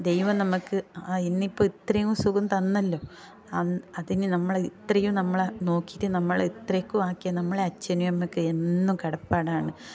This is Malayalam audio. ദൈവം നമുക്ക് ഇന്നിപ്പം ഇതറയും സുഖം തന്നല്ലോ അതിന് നമ്മൾ ഇത്രയും നമ്മൾ നോക്കിയിട്ട് നമ്മൾ ഇത്രയ്ക്കും ആക്കിയ നമ്മളെ അച്ഛനും അമ്മയ്ക്കും എന്നും കടപ്പാടാണ്